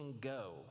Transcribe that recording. go